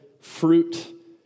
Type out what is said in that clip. fruit